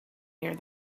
near